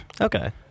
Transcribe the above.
Okay